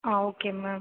ah okay ma'am